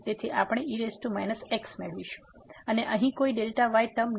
તેથી આપણે e x મેળવીશું અને અહીં કોઈ Δy ટર્મ નથી